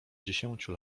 dziesięciu